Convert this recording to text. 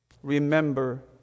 remember